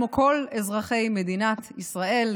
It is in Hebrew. כמו כל אזרחי מדינת ישראל,